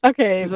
Okay